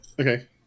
Okay